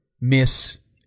miss